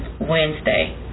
Wednesday